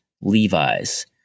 Levi's